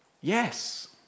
Yes